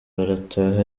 barataha